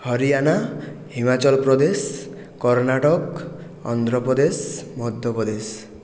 Haryana Himachal Pradesh Karnataka Andhra Pradesh Madhya Pradesh